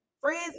friends